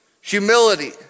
humility